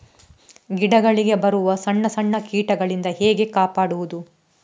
ಗಿಡಗಳಿಗೆ ಬರುವ ಸಣ್ಣ ಸಣ್ಣ ಕೀಟಗಳಿಂದ ಹೇಗೆ ಕಾಪಾಡುವುದು?